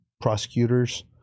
prosecutors